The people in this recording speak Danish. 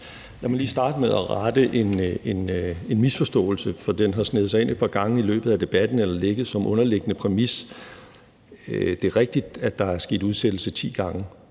Lad mig lige starte med at rette en misforståelse, for den har sneget sig ind et par gange i løbet af debatten eller ligget som underliggende præmis: Det er rigtigt, at der er sket udsættelse ti gange,